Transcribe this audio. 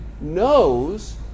knows